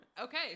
Okay